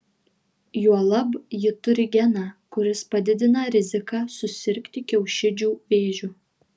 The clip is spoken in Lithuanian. juolab ji turi geną kuris padidina riziką susirgti kiaušidžių vėžiu